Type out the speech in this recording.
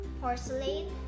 porcelain